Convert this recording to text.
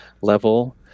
level